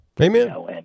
Amen